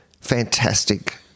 fantastic